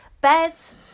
beds